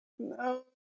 No